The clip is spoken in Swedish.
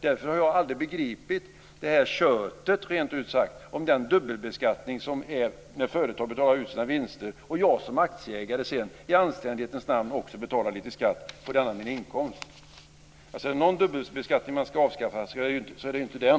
Därför har jag aldrig begripit det här "tjôtet" rent ut sagt om dubbelbeskattning när företag betalar ut sina vinster och jag som aktieägare sedan i anständighetens namn också betalar lite skatt på denna min inkomst. Är det någon dubbelbeskattning man ska avskaffa så är det ju inte den.